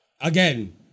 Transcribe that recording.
Again